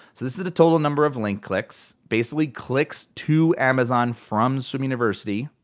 so this is the total number of link clicks. basically clicks to amazon from swim university.